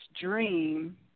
dream